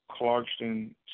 Clarkston